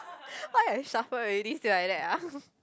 why I shuffle already say like that ah